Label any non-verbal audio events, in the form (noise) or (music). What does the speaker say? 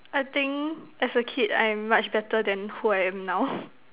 I think as a kid I am much better than who I am now (noise)